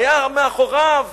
היתה מאחוריו